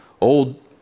old